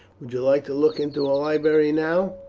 would you like to look into a library now?